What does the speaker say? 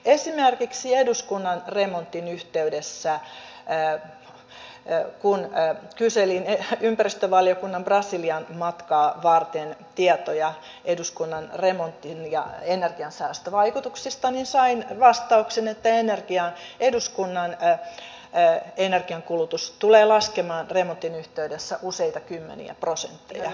esimerkiksi eduskunnan remontin yhteydessä kun kyselin ympäristövaliokunnan brasilianmatkaa varten tietoja eduskunnan remontin energiansäästövaikutuksista niin sain vastauksen että eduskunnan energiankulutus tulee laskemaan remontin yhteydessä useita kymmeniä prosentteja